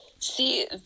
See